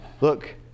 Look